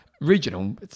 regional